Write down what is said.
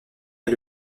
est